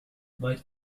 might